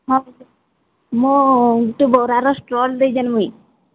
ହଁ ମୁଁ ଗୋଟେ ବରାର ଷ୍ଟଲ୍ ଦେଇଛି ମୁଇଁ